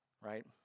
right